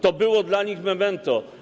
To było dla nich memento.